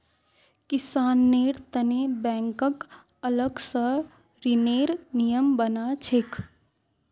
किसानेर तने बैंकक अलग स ऋनेर नियम बना छेक